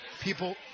people